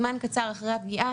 זמן קצר אחרי הפגיעה,